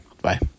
Bye